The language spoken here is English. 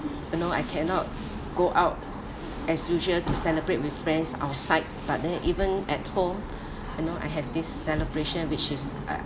you know I cannot go out as usual to celebrate with friends outside but then even at home you know I have this celebration which is uh